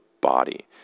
body